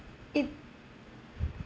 it